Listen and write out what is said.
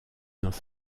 dans